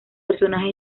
personajes